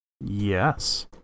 Yes